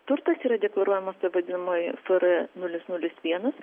turtas yra deklaruojamas taip vadinamoj fr nulis nulis vienas